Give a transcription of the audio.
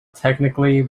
technically